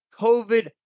COVID